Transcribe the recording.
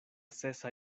sesa